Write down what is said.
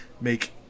make